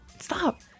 Stop